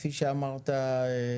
כפי שאמרת,